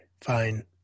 fine